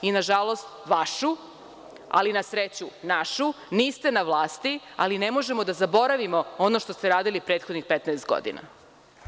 I na žalost vašu, ali na sreću našu, niste na vlasti, ali ne možemo da zaboravimo ono što ste radili prethodnih 15 godina.